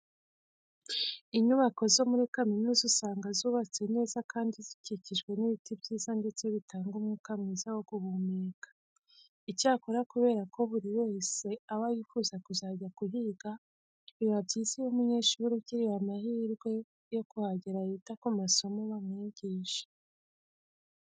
Inyubako zo muri kaminuza usanga ziba zubatse neza kandi zikikijwe n'ibiti byiza ndetse bitanga umwuka mwiza wo guhumeka. Icyakora kubera ko buri wese aba yifuza kuzajya kuhiga, biba byiza iyo umunyeshuri ugiriwe amahirwe yo kuhagera yita ku masomo bamwigisha.